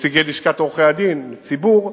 נציגי לשכת עורכי-הדין, הציבור,